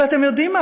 אבל אתם יודעים מה?